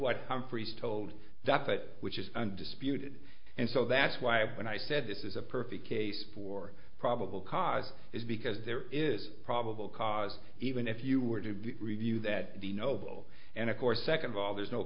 what humphreys told that but which is undisputed and so that's why when i said this is a perfect case for probable cause is because there is probable cause even if you were to review that the noble and of course second of all there's no